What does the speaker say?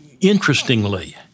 interestingly